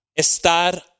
estar